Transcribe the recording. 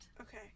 Okay